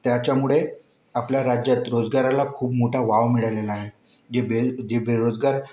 त्याच्यामुळे आपल्या राज्यात रोजगाराला खूप मोठा वाव मिळालेला आहे जे बेन जे बेरोजगार